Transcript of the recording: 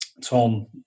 Tom